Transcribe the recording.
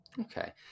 Okay